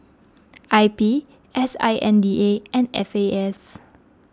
I P S I N D A and F A S